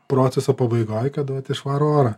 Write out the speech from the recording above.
proceso pabaigoj kad duoti švarų orą